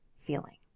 feeling